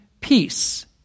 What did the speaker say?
peace